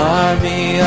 army